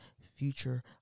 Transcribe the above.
future